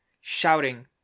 shouting